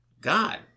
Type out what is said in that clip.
God